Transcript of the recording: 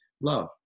love